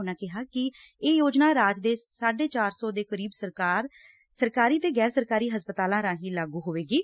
ਉਨਾਂ ਕਿਹਾ ਕਿ ਇਹ ਯੋਜਨਾ ਰਾਜ ਦੇ ਸਾਢੇ ਚਾਰ ਸੌ ਦੇ ਕਰੀਬ ਸਰਕਾਰੀ ਤੇ ਗੈਰ ਸਰਕਾਰੀ ਹਸਪਤਾਲਾਂ ਰਾਹੀਂ ਲਾਗੂ ਹੋਵੇਗੀ